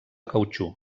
cautxú